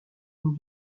une